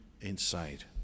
inside